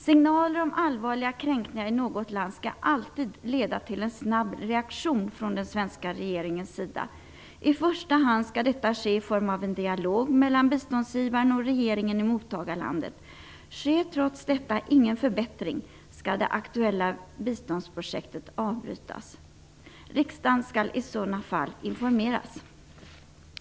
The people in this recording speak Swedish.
Signaler om allvarliga kränkningar i något land skall alltid leda till en snabb reaktion från den svenska regeringens sida. I första hand skall detta ske i form av en dialog mellan biståndsgivarna och regeringen i mottagarlandet. Sker trots detta ingen förbättring skall det aktuella biståndsprojektet avbrytas. Riksdagen skall i så fall informeras.